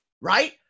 right